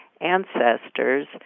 ancestors